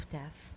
death